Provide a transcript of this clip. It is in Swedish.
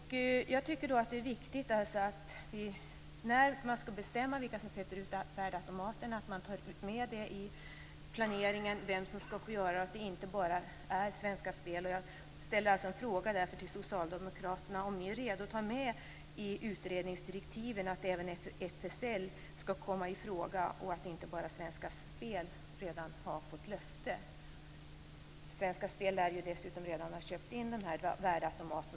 Det är viktigt att ta med i planeringen vilka som skall få ställa ut värdeautomater. Det skall inte bara vara fråga om AB Svenska Spel. Är ni socialdemokrater redo att ta med i utredningsdirektiven att även FSL skall komma i fråga, så att inte Svenska Spel redan har fått ett löfte? Svenska Spel lär redan ha köpt in dessa värdeautomater.